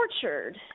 tortured